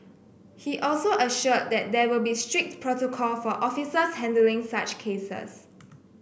he also assured that there will be strict protocol for officers handling such cases